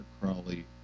Crowley